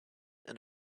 and